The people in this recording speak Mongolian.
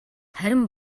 харин